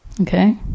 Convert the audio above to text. Okay